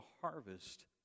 harvest